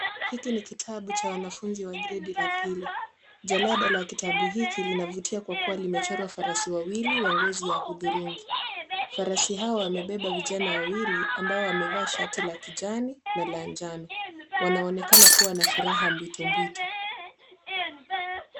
Hiki ni kitabu cha wanafunzi wa gredi la pili ,jalada la kitabu hiki linavutia kwa kuwa limechorwa farasi wawili wa ngozi ya hudhurungi, farasi hawa wamebeba vijana wawili ambao wamevaa shati ya kijani na ya njano, wanaonekana kuwa na furaha mpwitompwito.